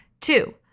Two